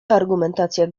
argumentacja